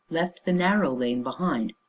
left the narrow lane behind,